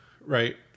Right